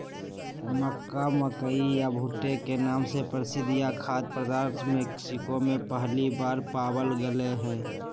मक्का, मकई या भुट्टे के नाम से प्रसिद्ध यह खाद्य पदार्थ मेक्सिको में पहली बार पावाल गयले हल